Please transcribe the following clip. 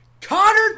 Connor